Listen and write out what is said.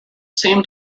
seem